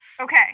okay